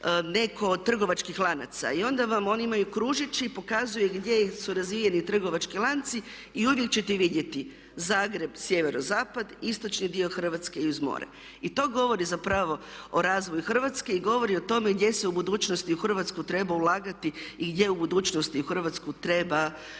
netko od trgovačkih lanaca i onda vam oni imaju kružić i pokazuje gdje su razvijeni trgovački lanci i uvijek ćete vidjeti Zagreb sjeverozapad, istočni dio Hrvatske i uz more. I to govori zapravo o razvoju Hrvatske i govori o tome gdje se u budućnosti u Hrvatsku treba ulagati i gdje u budućnosti u Hrvatsku treba zaista